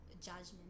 judgment